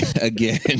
Again